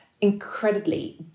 incredibly